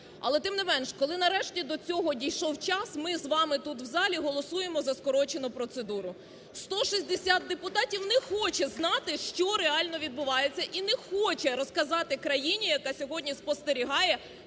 Але тим не менш, коли нарешті до цього дійшов час, ми з вами тут в залі голосуємо за скорочену процедуру. 160 депутатів не хоче знати, що реально відбувається і не хоче розказати країні, яка сьогодні спостерігає,